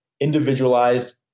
individualized